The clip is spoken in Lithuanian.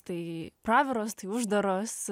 tai praviros tai uždaros